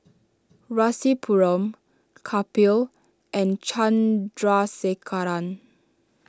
Rasipuram Kapil and Chandrasekaran